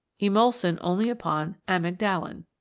emulsin only upon amygdalin.